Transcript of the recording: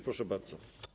Proszę bardzo.